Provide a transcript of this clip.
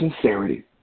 sincerity